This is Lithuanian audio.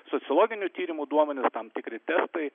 sociologinių tyrimų duomenys tam tikri testai